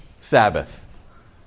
Sabbath